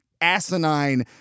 asinine